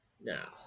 Now